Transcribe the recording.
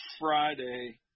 Friday